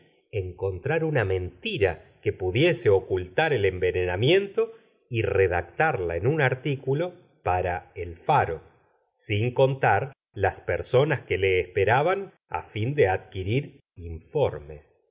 encontrar una mentira que pudiese ocult r el envenenamiento y redactarla en un articulo para el fa ro sin contar las perso nas que le esperaban á fin de adquirir informes